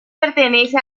pertenece